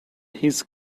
his